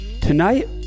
Tonight